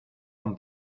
han